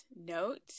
note